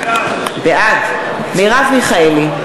בעד מרב מיכאלי,